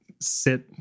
sit